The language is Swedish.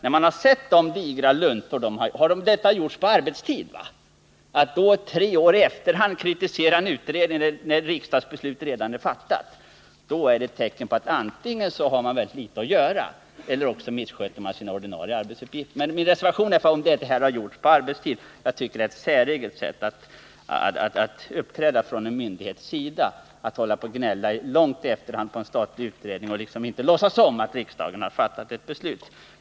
När jag har sett de digra luntor man har åstadkommit — och om de gjorts på arbetstid — har jag slagits av den reflexionen att man kritiserat en utredning tre år efter remisstiden och sedan ett riksdagsbeslut redan fattats. Är det ett tecken på att man antingen har för litet att göra eller att man missköter sina ordinarie arbetsuppgifter? Det är ett säreget sätt för en myndighet att uppträda: att gnälla långt efter det att en statlig utredning slutförts och att liksom inte låtsas om att riksdagen redan har fattat beslut i ärendet.